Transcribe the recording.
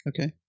Okay